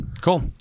Cool